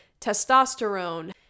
testosterone